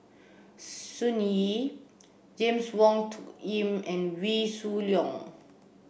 Sun Yee James Wong Tuck Yim and Wee Shoo Leong